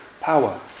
power